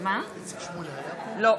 איציק שמולי היה פה?